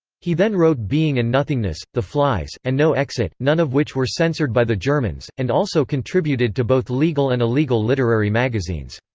he then wrote being and nothingness, the flies, and no exit, none of which were censored by the germans, and also contributed to both legal and illegal literary magazines.